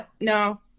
No